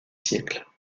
siècles